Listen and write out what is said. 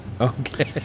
Okay